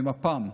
ממפ"ם.